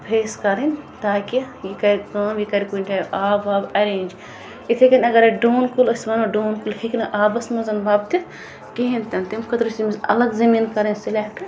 face کَرٕنۍ تاکہِ یہِ کَرِ کٲم یہِ کَرِ کُنہِ جایہِ آب واب اَرینٛج اِتھے کٔنۍ اَگَرے ڈوٗنۍ کُلِس أسۍ وَنو ڈوٗن کُل ہٮ۪کہِ نہٕ آبَس منٛز وۄپدِتھ کِہیٖنۍ تہِ نہٕ تمہِ خٲطرٕ چھِ تٔمِس اَلگ زَمیٖن کَرٕنۍ سِلٮ۪کٹہٕ